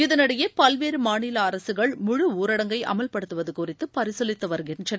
இதனிடையே பல்வேறு மாநில அரசுகள் முழு ஊரடங்கை அமல்படுத்துவது குறித்து பரிசீலித்து வருகின்றன